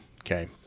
okay